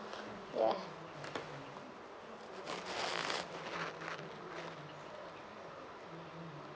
ya